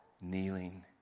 kneeling